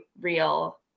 real